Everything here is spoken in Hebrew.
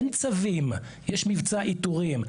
אין צווים, יש מבצע איתורים.